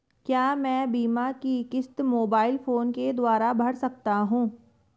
क्या मैं बीमा की किश्त मोबाइल फोन के द्वारा भर सकता हूं?